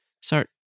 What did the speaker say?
start